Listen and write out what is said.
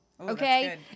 Okay